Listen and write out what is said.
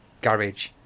garage